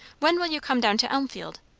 when will you come down to elmfield?